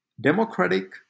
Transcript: democratic